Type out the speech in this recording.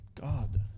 God